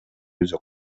өзү